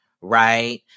right